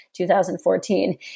2014